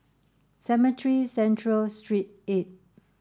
Cemetry Central Street eight